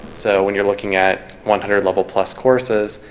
so when you're looking at one hundred level plus courses,